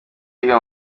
yiga